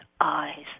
eyes